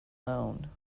known